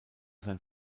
sein